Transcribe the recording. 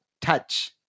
Touch